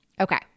Okay